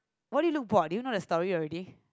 why did you look bored do you know the story already